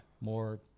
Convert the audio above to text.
more